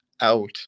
out